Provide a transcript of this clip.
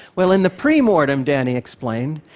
well, in the pre-mortem, danny explained,